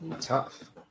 tough